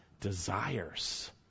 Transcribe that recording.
desires